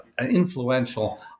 influential